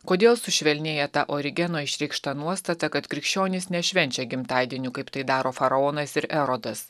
kodėl sušvelnėja ta origeno išreikšta nuostata kad krikščionys nešvenčia gimtadienių kaip tai daro faraonas ir erodas